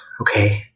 Okay